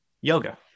Yoga